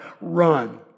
run